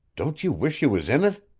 don't you wish you was in it?